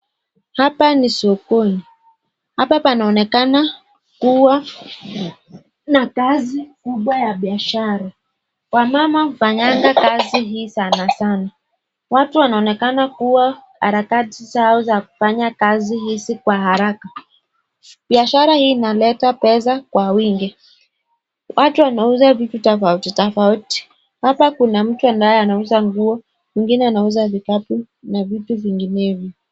Hapa ni sokoni hapa panaoneka kuwa na kazi kubwa ya biashara. Wamama hufanyanga kazi hii sanasana watu wanonekana kuwa harakati zao za kufanya kazi hizi kwa haraka. Biashara hii inaleta pesa kwa wingi. Watu wanauza vutu tofauti tofauti hapa kuna mtu ambaye anauza nguo mwingine anauza vikapu na vitu vinginevyo.